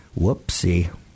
whoopsie